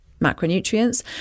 macronutrients